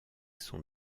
son